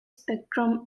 spectrum